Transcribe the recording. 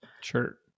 Sure